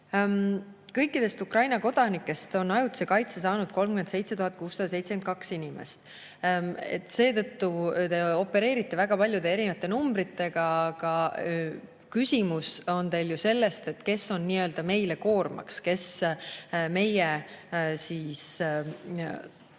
Kõikidest Ukraina kodanikest on ajutise kaitse saanud 37 672 inimest. Te opereerite väga paljude erinevate numbritega, aga küsimus on teil ju see, et kes on meile nii-öelda koormaks, kes meie toetusi